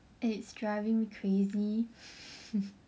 it's driving me crazy